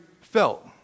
felt